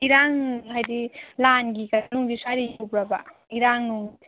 ꯏꯔꯥꯡ ꯍꯥꯏꯗꯤ ꯂꯥꯟꯒꯤ ꯁꯥꯏ ꯇꯧꯕ꯭ꯔꯥꯕ ꯏꯔꯥꯡꯁꯦ